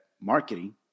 marketing